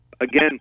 Again